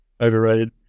Overrated